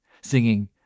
singing